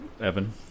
Evan